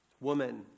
woman